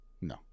No